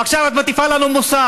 ועכשיו את מטיפה לנו מוסר.